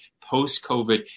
post-COVID